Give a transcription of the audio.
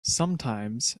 sometimes